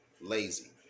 lazy